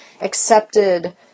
accepted